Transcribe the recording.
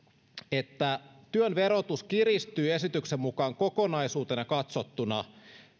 että työn verotus kiristyy esityksen mukaan kokonaisuutena katsottuna